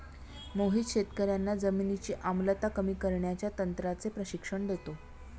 मोहित शेतकर्यांना जमिनीची आम्लता कमी करण्याच्या तंत्राचे प्रशिक्षण देतो